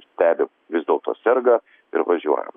stebim vis dėlto serga ir važiuojam